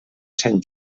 sant